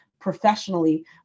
professionally